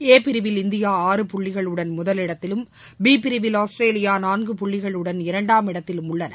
ஏ பிரிவில் இந்தியா ஆறு புள்ளிகளுடன் முதலிடத்திலும் பி பிரிவில் ஆஸ்திரேலியா நான்கு புள்ளிகளுடன் இரண்டாம் இடத்திலும் உள்ளன